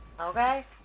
Okay